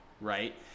right